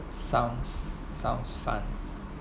sounds sounds fun